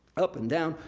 up and down,